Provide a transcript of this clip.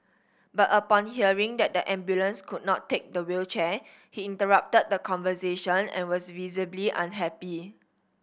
but upon hearing that the ambulance could not take the wheelchair he interrupted the conversation and was visibly unhappy